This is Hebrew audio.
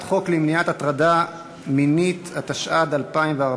חוק בתי-המשפט (תיקון מס' 77), התשע"ד 2014,